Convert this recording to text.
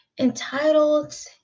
entitled